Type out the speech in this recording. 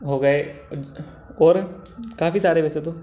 हो गए और काफ़ी सारे है वैसे तो